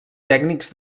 tècnics